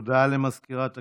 הודעה למזכירת הכנסת,